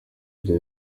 bya